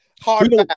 hard